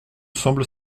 semble